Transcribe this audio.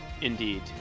indeed